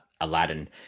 Aladdin